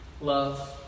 love